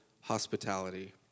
hospitality